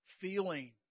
feeling